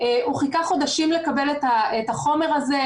הוא חיכה חודשים לקבל את החומר הזה,